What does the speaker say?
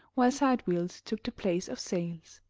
while sidewheels took the place of sails.